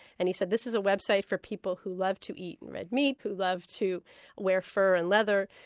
and he said this is a website for people who love to eat and red meat, who love to wear fur and leather.